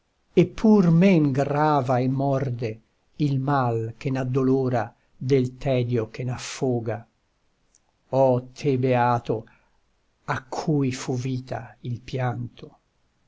pur men grava e morde il mal che n'addolora del tedio che n'affoga oh te beato a cui fu vita il pianto